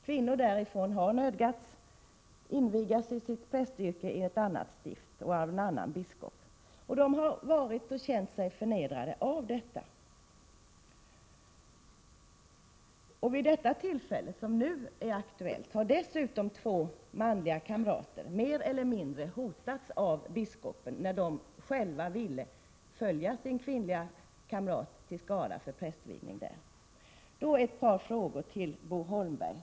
Kvinnor därifrån har nödgats invigas till prästyrket i ett annat stift och av en annan biskop än Göteborgs. Kvinnorna har känt sig förnedrade av detta. Vid det tillfälle som nu är aktuellt har dessutom två manliga kamrater mer eller mindre hotats av biskopen när de ville följa sin kvinnliga kamrat till Skara för prästvigning där. Ett par frågor till Bo Holmberg.